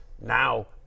now